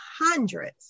hundreds